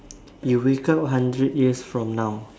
you wake up hundred years from now